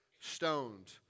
stoned